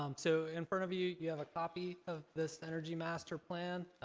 um so in front of you you have a copy of this energy master plan.